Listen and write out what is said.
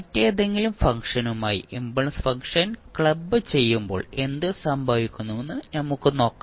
മറ്റേതെങ്കിലും ഫംഗ്ഷനുമായി impulse function club ചെയ്യുമ്പോൾ എന്ത് സംഭവിക്കുമെന്ന് നമുക്ക് നോക്കാം